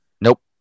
nope